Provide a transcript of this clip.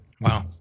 Wow